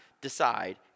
decide